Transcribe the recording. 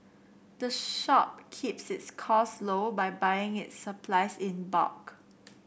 the shop keeps its cost low by buying its supplies in bulk